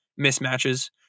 mismatches